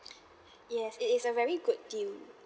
yes it is a very good deal